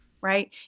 right